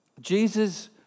Jesus